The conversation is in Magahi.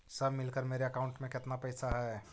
सब मिलकर मेरे अकाउंट में केतना पैसा है?